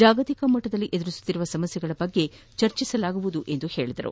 ಜಾಗತಿಕ ಮಟ್ಟದಲ್ಲಿ ಎದುರಿಸುತ್ತಿರುವ ಸಮಸ್ಥೆಗಳ ಬಗ್ಗೆ ಚರ್ಚಿಸಲಾಗುವುದು ಎಂದರು